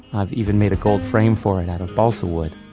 i've even made a gold frame for it out of balsa wood.